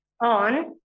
on